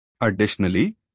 Additionally